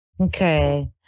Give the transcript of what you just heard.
Okay